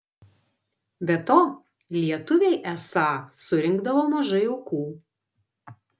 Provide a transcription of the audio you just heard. be to lietuviai esą surinkdavo mažai aukų